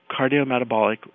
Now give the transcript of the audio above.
cardiometabolic